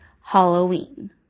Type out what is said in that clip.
Halloween